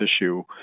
issue